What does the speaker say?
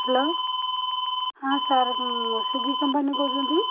hello ହଁ sir Swiggy କମ୍ପାନୀରୁ କହୁଛନ୍ତି